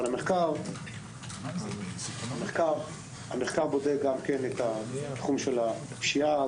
המחקר בודק גם את תחום הפשיעה,